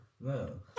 No